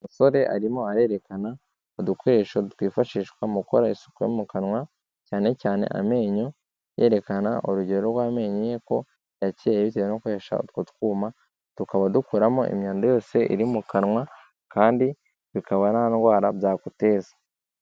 Umusore arimo arerekana udukoresho twifashishwa mu gukora isuku yo mu kanwa, cyane cyane amenyo, yerekana urugero rw'amenyo ye ko yakeye bitewe no gukoresha utwo twuma, tukaba dukuramo imyanda yose iri mu kanwa, kandi bikaba nta ndwara byaguteza.